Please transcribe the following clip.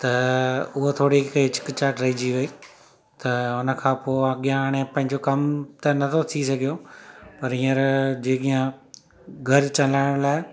त उहा थोरी हिकु हिचकिचाहट रहिजी वई त उन खां पोइ अॻियां हाणे पंहिंजो कमु त नथो थी सघियो पर हींअर जेके आहे घर हलाइण लाइ